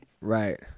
Right